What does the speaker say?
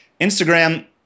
Instagram